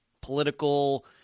political